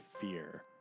fear